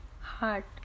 heart